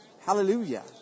Hallelujah